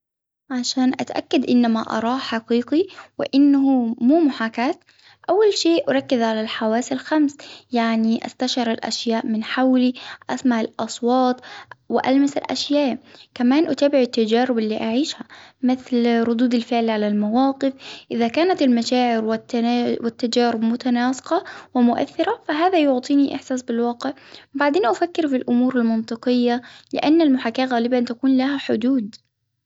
عشان أتأكد إن ما أراه حقيقي وأنه مو محاكاة، أول شيء أركز على الحواس الخمس، يعني أستشعر الأشياء من حولي، أسمع الأصوات والمس الأشياء، كمان أتابع التجارب اللي أعيشها، مثل ردود الفعل على المواقف، إذا كانت المشاعر والت-التجارب المتناسقة ومؤثرة فهذا يعطيني إحساس بالوقت، بعدين أفكر بالأمور المنطقية لأن المحاكاة غالبا تكون لها حدود.